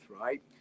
right